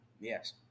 Yes